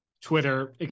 Twitter